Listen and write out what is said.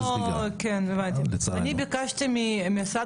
לא סתם ביקשתי מרשות